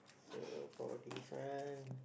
so for this one